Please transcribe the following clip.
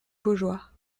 baugeois